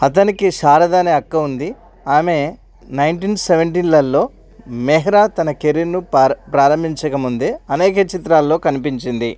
అతనికి శారద అనే అక్క ఉంది ఆమె నైన్టీన్ సెవెన్టీన్లల్లో మెహ్రా తన కెరీర్ను ప్రారంభించక ముందే అనేక చిత్రాలల్లో కనిపించింది